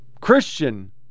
Christian